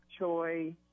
choy